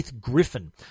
Griffin